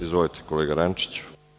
Izvolite kolega Rančiću.